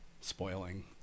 spoiling